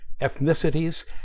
ethnicities